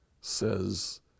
says